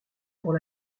pour